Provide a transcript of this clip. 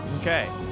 Okay